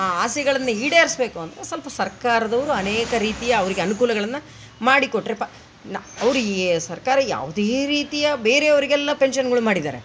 ಆ ಆಸೆಗಳನ್ನು ಈಡೇರಿಸ್ಬೇಕು ಅಂತ ಸ್ವಲ್ಪ ಸರ್ಕಾರದವರು ಅನೇಕ ರೀತಿಯ ಅವರಿಗೆ ಅನುಕೂಲಗಳನ್ನ ಮಾಡಿಕೊಟ್ರೆಪ ನ ಅವ್ರಿಗೆ ಸರ್ಕಾರ ಯಾವುದೇ ರೀತಿಯ ಬೇರೆಯವರಿಗೆಲ್ಲ ಪೆನ್ಷನ್ಗಳು ಮಾಡಿದ್ದಾರೆ